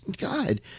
God